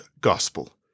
gospel